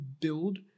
build